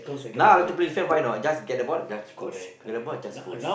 now I like to play defend know why not I get the ball just push get the ball just push